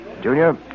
Junior